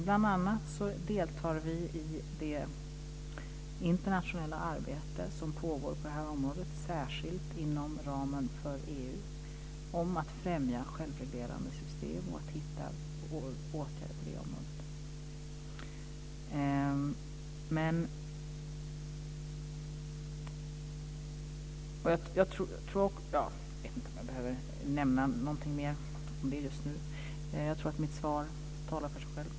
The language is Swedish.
Bl.a. deltar vi i det internationella arbete som pågår på området, särskilt inom ramen för EU, om att främja självreglerande system och hitta åtgärder. Jag vet inte om jag behöver nämna något mer just nu. Jag tror att mitt svar talar för sig självt.